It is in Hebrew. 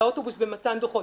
על האוטובוס במתן דוחות,